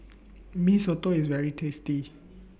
Mee Soto IS very tasty